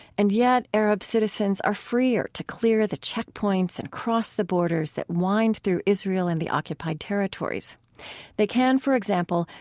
and yet, arab citizens are freer to clear the checkpoints and cross the borders that wind through israel and the occupied territories they can, for example,